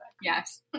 Yes